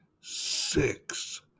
six